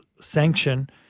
sanction